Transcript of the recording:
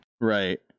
right